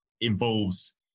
involves